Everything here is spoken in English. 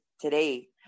today